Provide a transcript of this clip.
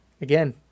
again